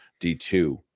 D2